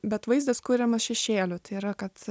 bet vaizdas kuriamas šešėlių tai yra kad